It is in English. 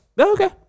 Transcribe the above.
okay